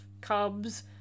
cubs